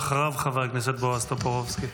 אחריו, חבר הכנסת בועז טופורובסקי.